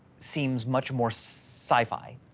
seems much more sci fi.